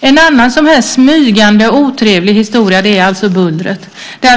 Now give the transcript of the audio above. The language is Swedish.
En annan smygande otrevlig historia är bullret.